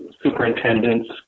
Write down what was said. superintendents